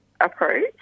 approach